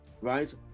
right